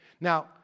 Now